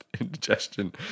indigestion